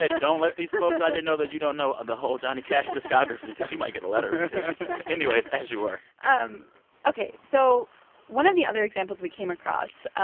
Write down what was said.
ah don't let these folks out here know that you don't know the whole johnny cash discography because you might get a letter or two anyways, as you were um ok. so one of the other examples we came across,